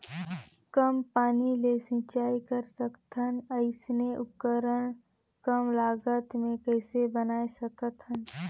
कम पानी ले सिंचाई कर सकथन अइसने उपकरण कम लागत मे कइसे बनाय सकत हन?